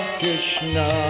Krishna